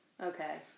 Okay